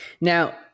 Now